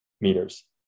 meters